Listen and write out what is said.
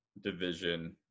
division